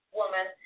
woman